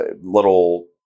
little